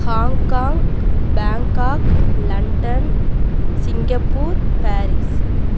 Hong Kong Bangkok London Singapore Paris